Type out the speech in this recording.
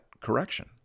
correction